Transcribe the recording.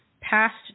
past